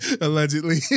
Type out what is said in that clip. Allegedly